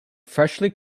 freshly